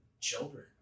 children